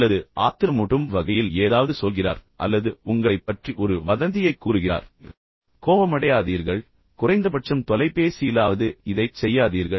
அல்லது ஆத்திரமூட்டும் வகையில் ஏதாவது சொல்கிறார் அல்லது உங்களைப் பற்றி ஒரு தகவலை கூறுகிறார் இந்த நபர் அதைப் பற்றி கேள்விப்பட்ட ஒரு வதந்தி பின்னர் உங்கள் கோபத்தை இழக்காதீர்கள் குறைந்தபட்சம் தொலைபேசியிலாவது இதைச் செய்யாதீர்கள்